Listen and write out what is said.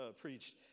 preached